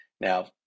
Now